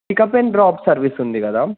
pickup and drop service ఉంది కదా